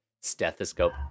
stethoscope